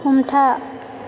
हमथा